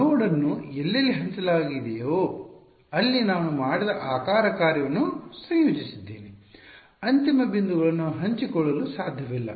ನೋಡ್ ಅನ್ನು ಎಲ್ಲೆಲ್ಲಿ ಹಂಚಿಕೊಳ್ಳಲಾಗಿದೆಯೋ ಅಲ್ಲಿ ನಾನು ಮಾಡಿದ ಆಕಾರ ಕಾರ್ಯವನ್ನು ಸಂಯೋಜಿಸಿದ್ದೇನೆ ಅಂತಿಮ ಬಿಂದುಗಳನ್ನು ಹಂಚಿಕೊಳ್ಳಲು ಸಾಧ್ಯವಿಲ್ಲ